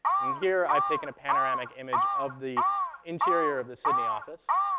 and here, i've taken a panoramic image of the interior of the sydney office,